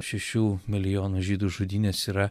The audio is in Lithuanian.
šešių milijonų žydų žudynės yra